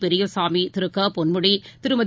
பெரியசாமி திருகபொன்முடி திருமதி